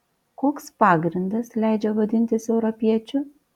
koks pagrindas leidžia vadintis europiečiu